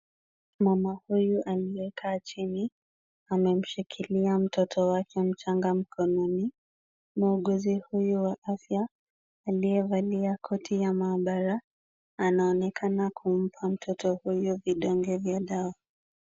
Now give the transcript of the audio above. Mama huyu aliyekaa chini amemshikilia mtoto wake mchanga mkononi. Muuguzi huyo wa afya aliyevalia koti ya mahabara anaonekana kumpa mtoto huyu vidonge vya dawa.